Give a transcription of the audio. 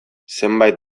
zenbait